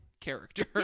character